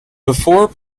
before